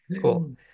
cool